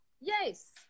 yes